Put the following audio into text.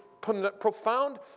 profound